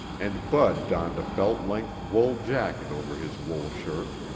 and bud donned a belt-length wool jacket over his wool shirt.